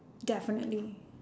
definitely